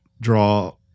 draw